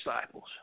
disciples